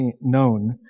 known